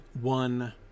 one